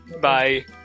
Bye